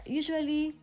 usually